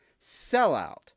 sellout